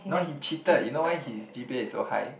no he cheated you know why his g_p_a is so high